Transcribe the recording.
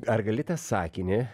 ar gali tą sakinį